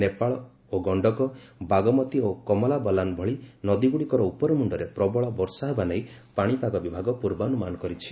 ନେପାଳ ଓ ଗଶ୍ତକ ବାଗମତି ଏବଂ କମଲାବଲାନ ଭଳି ନଦୀଗୁଡ଼ିକର ଉପରମୁଣ୍ଡରେ ପ୍ରବଳ ବର୍ଷା ହେବା ନେଇ ପାଣିପାଗ ବିଭାଗ ପୂର୍ବାନୁମାନ କରିଛି